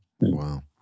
Wow